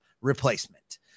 replacement